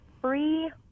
free